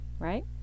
right